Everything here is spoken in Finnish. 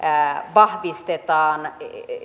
vahvistetaan